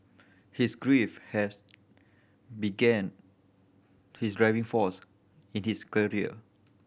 his grief has began his driving force in his career